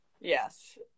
Yes